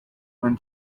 when